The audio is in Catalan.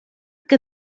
que